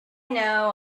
know